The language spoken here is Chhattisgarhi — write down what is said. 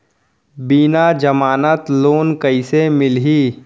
बिना जमानत लोन कइसे मिलही?